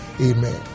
amen